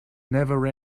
never